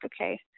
okay –